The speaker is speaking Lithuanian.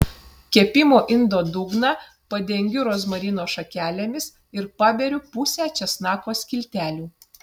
kepimo indo dugną padengiu rozmarino šakelėmis ir paberiu pusę česnako skiltelių